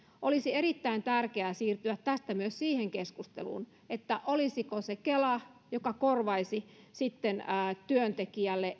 olisi erittäin tärkeää siirtyä tästä myös siihen keskusteluun että olisiko se kela joka korvaisi sitten työntekijälle